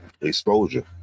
exposure